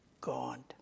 God